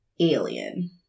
Alien